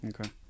okay